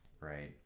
right